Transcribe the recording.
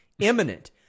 Imminent